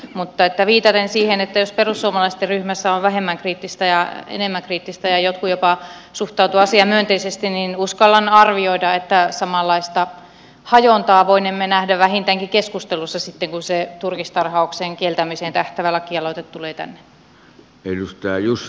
mutta viitaten siihen että perussuomalaisten ryhmässä on vähemmän kriittisiä ja enemmän kriittisiä ja jotkut jopa suhtautuvat asiaan myönteisesti uskallan arvioida että samanlaista hajontaa voinemme nähdä vähintäänkin keskustelussa sitten kun se turkistarhauksen kieltämiseen tähtäävä lakialoite tulee tänne